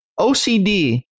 OCD